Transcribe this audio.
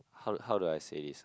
how do how do I say this